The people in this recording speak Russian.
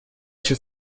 еще